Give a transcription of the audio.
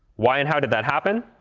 why and how did that happen?